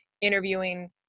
interviewing